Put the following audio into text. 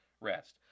rest